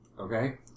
Okay